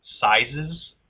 sizes